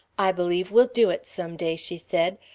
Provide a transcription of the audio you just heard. i believe we'll do it some day, she said.